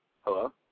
hello